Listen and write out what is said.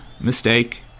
mistake